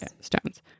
stones